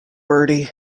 bertie